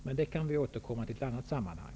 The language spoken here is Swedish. Men det kan vi återkomma till i ett annat sammanhang.